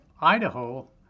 Idaho